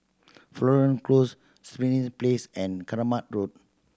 Florence Close Springs Place and Kramat Road